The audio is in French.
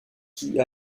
qui